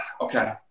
okay